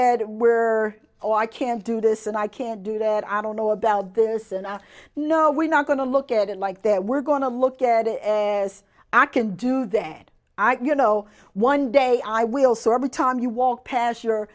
at where oh i can't do this and i can't do that i don't know about this and i know we're not going to look at it like there we're going to look at it as i can do that i you know one day i will so every time you walk past your